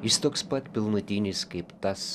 jis toks pat pilnutinis kaip tas